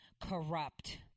corrupt